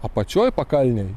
apačioj pakalnėj